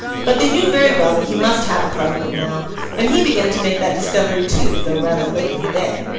but they knew very well that he must have a parliament now and he began to make that discovery too, though rather late in the day.